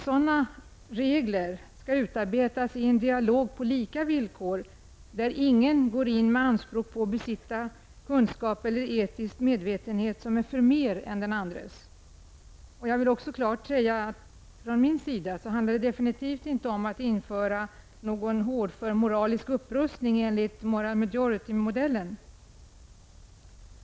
Sådana regler kan bara utvecklas i en dialog på lika villkor, där ingen går in med anspråk på att besitta kunskap eller etisk medvetenhet som är förmer än den andres. Jag vill klart säga ifrån att det från min sida inte handlar om att införa någon hårdför moralisk upprustning enligt moral majority-modellen.